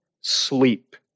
sleep